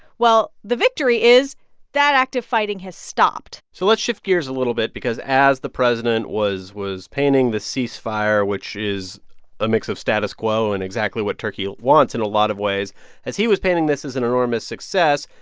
well, the victory is that active fighting has stopped so let's shift gears a little bit because as the president was was painting this cease-fire, which is a mix of status quo and exactly what turkey wants in a lot of ways as he was painting this as an enormous success,